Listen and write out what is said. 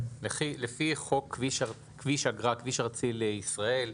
לפי חוק כביש אגרה (כביש ארצי לישראל),